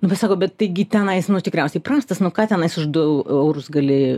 nu bet sako bet taigi tenais tikriausiai prastas nu ką tenais už du eurus gali